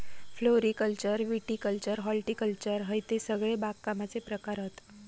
floriculture viticulture horticulture हयते सगळे बागकामाचे प्रकार हत